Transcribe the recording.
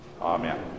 amen